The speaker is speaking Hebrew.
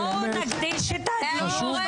אנחנו נתקדם.